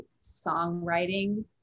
songwriting